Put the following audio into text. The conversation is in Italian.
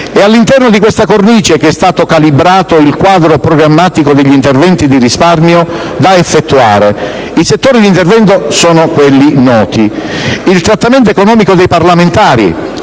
È all'interno di questa cornice che è stato calibrato il quadro programmatico degli interventi di risparmio da effettuare. I settori di intervento sono noti. Sul versante del trattamento economico dei parlamentari